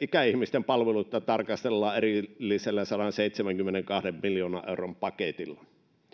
ikäihmisten palveluita tarkastellaan erillisellä sadanseitsemänkymmenenkahden miljoonan euron paketilla neljäs